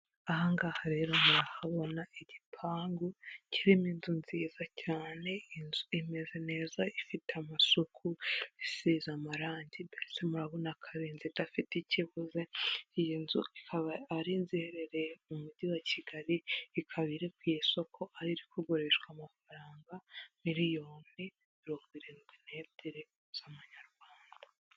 Aha ngaha rero murahabona igipangu kirimo inzu nziza cyane, inzu imeze neza, ifite amasuku, isiza amarangi, mbese murabona ko ari inzu idafite icyo ibuze, iyi nzu ikaba ari inzu iherereye mu Mujyi wa Kigali, ikaba iri ku isoko, aho iri kugurishwa amafaranga miliyoni mirongo irindwi n'ebyiri z'amanyarwanda.